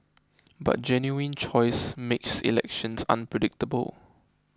but genuine choice makes elections unpredictable